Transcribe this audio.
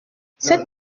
cet